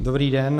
Dobrý den.